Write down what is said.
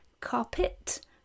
carpet